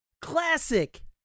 Classic